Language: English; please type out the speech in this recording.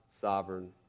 sovereign